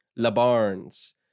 Labarnes